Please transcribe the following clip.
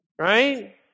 right